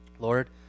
Lord